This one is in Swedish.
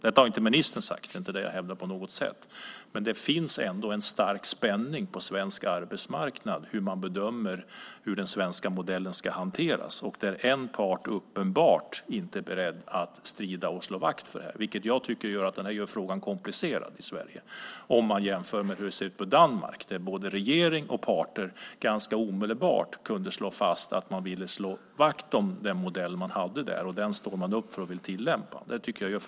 Nu hävdar jag inte att ministern har sagt detta, men det finns ändå en stark spänning på svensk arbetsmarknad när det gäller hur man bedömer att den svenska modellen ska hanteras. En part är uppenbart inte beredd att ta strid och slå vakt om detta. Detta gör frågan komplicerad i Sverige jämfört med hur det ser ut i Danmark, där både regering och parter ganska omedelbart kunde slå fast att man står upp för och vill tillämpa den modell man har där.